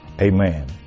amen